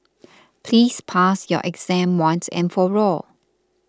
please pass your exam once and for all